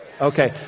Okay